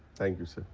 thank you sir.